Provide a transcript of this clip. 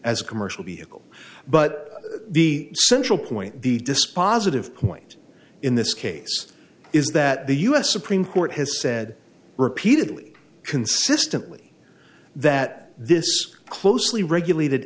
a commercial vehicle but the central point the dispositive point in this case is that the u s supreme court has said repeatedly consistently that this closely regulated